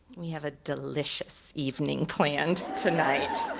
we have a delicious evening planned tonight.